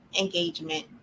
engagement